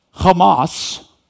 Hamas